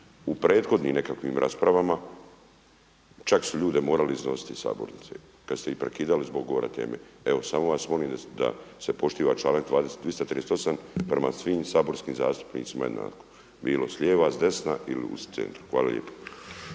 u prethodnim nekakvim raspravama čak su ljude morali iznositi iz sabornice kad ste ih prekidali zbog govora teme. Evo samo vas molim da se poštiva članak 238. prema svim saborskim zastupnicima jednako bilo s lijeva, s desna ili u centru. Hvala lijepo.